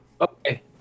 Okay